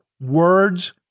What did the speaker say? Words